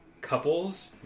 couples